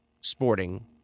sporting